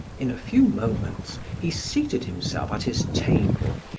in a few moments he seated himself at his table,